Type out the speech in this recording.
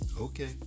Okay